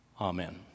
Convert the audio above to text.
Amen